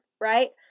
right